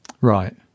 right